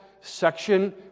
section